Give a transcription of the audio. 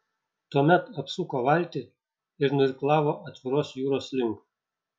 tuomet apsuko valtį ir nuirklavo atviros jūros link